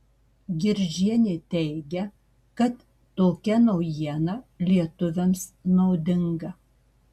girdžienė teigia kad tokia naujiena lietuviams naudinga